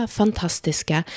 fantastiska